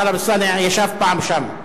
טלב אלסאנע ישב פעם שם.